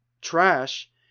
trash